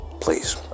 Please